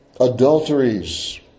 adulteries